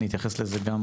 אני אתייחס לזה גם